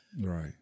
Right